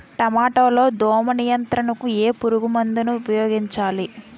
టమాటా లో దోమ నియంత్రణకు ఏ పురుగుమందును ఉపయోగించాలి?